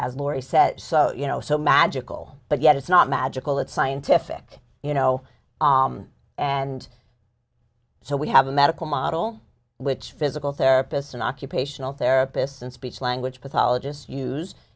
morissette so you know so magical but yet it's not magical it's scientific you know and so we have a medical model which physical therapists and occupational therapists and speech language pathologists use